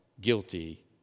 guilty